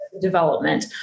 development